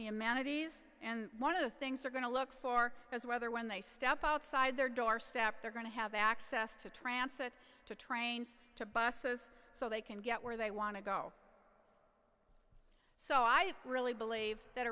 the amenities and one of the things they're going to look for as whether when they step outside their doorstep they're going to have access to translate to trains to buses so they can get where they want to go so i really believe that